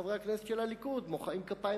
חברי הכנסת של הליכוד מוחאים כפיים